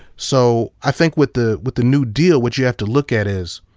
so i think with the with the new deal what you have to look at is,